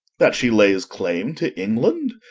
that she lays claim to england?